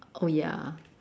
oh ya